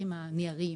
ציפור הנפש שלכם?